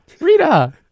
Rita